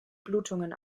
blutungen